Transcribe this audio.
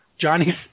Johnny's